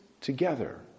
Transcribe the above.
together